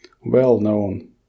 well-known